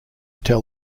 tell